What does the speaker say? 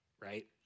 right